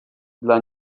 dla